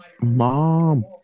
Mom